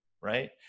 right